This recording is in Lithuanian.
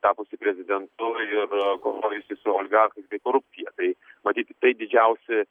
tapusį prezidentu ir kovojusį su oligarchais ir korupcija tai matyt tai didžiausi